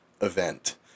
event